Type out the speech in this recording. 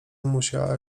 musiała